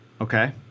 okay